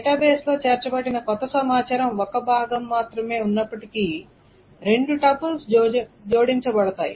డేటాబేస్లో చేర్చబడిన క్రొత్త సమాచారం ఒక భాగం మాత్రమే ఉన్నప్పటికీ రెండు టపుల్స్ జోడించబడతాయి